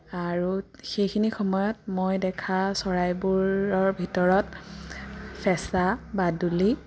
আৰু সেইখিনি সময়ত মই দেখা চৰাইবোৰৰ ভিতৰত ফেঁচা বাদুলি